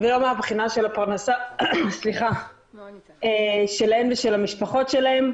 ולא מהבחינה של הפרנסה שלהן ושל המשפחות שלהן.